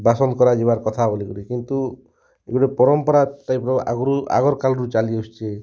ବାସନ୍ଦ୍ କରାଯିବାର୍ କଥା ବୋଲିକିରି କିନ୍ତୁ ଇ ଗୁଟେ ପରମ୍ପରା ଟାଇପ୍ ର ଆଗ୍ରୁ ଆଗର୍ କାଲ୍ ରୁ ଚାଲି ଆସୁଛେ